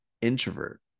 introvert